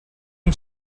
and